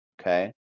okay